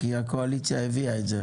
כי הקואליציה הביאה את זה.